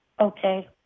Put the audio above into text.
Okay